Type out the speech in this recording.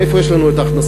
מאיפה יש לנו הכנסות?